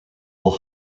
will